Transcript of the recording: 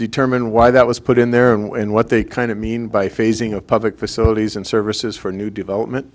determine why that was put in their own way and what they kind of mean by phasing of public facilities and services for new development